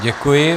Děkuji.